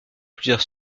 plusieurs